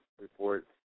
reports